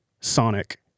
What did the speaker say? sonic